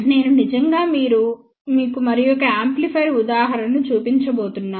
నేను నిజంగా మీకు మరొక యాంప్లిఫైయర్ ఉదాహరణను చూపించబోతున్నాను